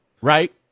Right